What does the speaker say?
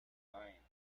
nine